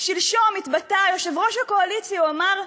שלשום התבטא יושב-ראש הקואליציה, הוא אמר: